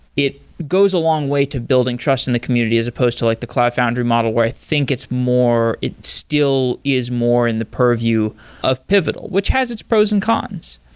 it goes a long way to building trust in the community, as opposed to like the cloud foundry model, where i think it's more it still is more in the purview of pivotal, which has its pros and cons.